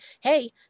hey